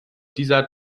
dieser